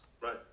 right